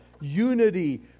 unity